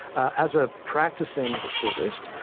as a practicing buddhist,